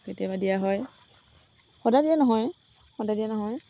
কেতিয়াবা দিয়া হয় সদায় দিয়া নহয় সদায় দিয়া নহয়